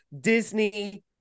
Disney